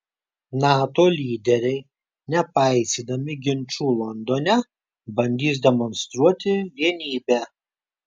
nato lyderiai nepaisydami ginčų londone bandys demonstruoti vienybę